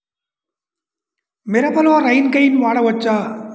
మిరపలో rain gun వాడవచ్చా?